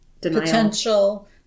potential